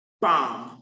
bomb